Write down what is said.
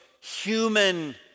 human